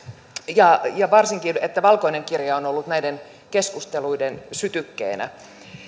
ja ja varsinkin että valkoinen kirja on ollut näiden keskusteluiden sytykkeenä